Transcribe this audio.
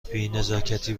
بینزاکتی